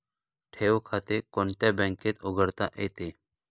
ठेव खाते कोणत्या बँकेत उघडता येते?